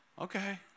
Okay